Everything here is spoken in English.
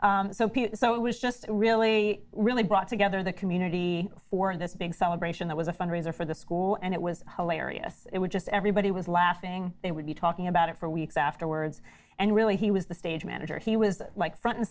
people so it was just really really brought together the community for that big celebration that was a fundraiser for the school and it was hilarious it was just everybody was laughing they would be talking about it for weeks afterwards and really he was the stage manager he was like front and